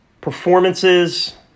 performances